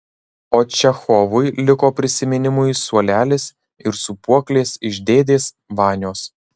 o čechovui liko prisiminimui suolelis ir sūpuoklės iš dėdės vanios